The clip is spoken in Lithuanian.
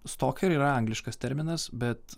stok ir yra angliškas terminas bet